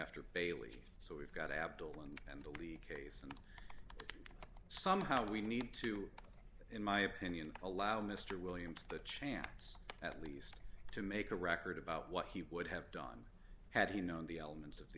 after bailey so we've got abdullah in the leak case and somehow we need to in my opinion allow mr williams the chance at least to make a record about what he would have done had he known the elements of